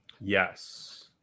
Yes